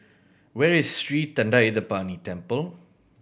where is Sri Thendayuthapani Temple